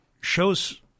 shows